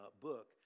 book